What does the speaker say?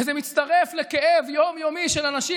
וזה מצטרף לכאב יום-יומי של אנשים,